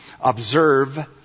Observe